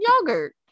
yogurt